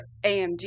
AMD